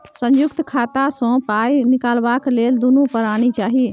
संयुक्त खाता सँ पाय निकलबाक लेल दुनू परानी चाही